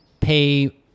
pay